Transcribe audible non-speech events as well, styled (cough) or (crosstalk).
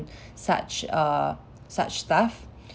(breath) such err such stuff